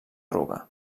ruga